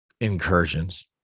incursions